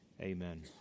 Amen